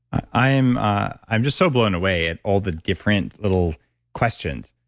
i'm i'm just so blown away at all the different little questions,